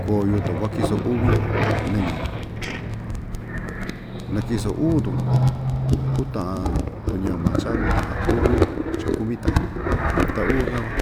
Koo yutun kuakiso uvi nɨñɨ nakiso uu‑tun uta'an tuñama cha uta'an uu uu chakumi tan ta uu‑ka van